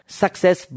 success